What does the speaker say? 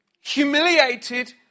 humiliated